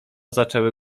zaczęły